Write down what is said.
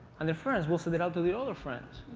and their friends will send it out to the other friends.